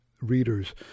readers